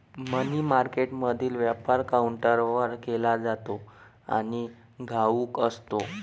मनी मार्केटमधील व्यापार काउंटरवर केला जातो आणि घाऊक असतो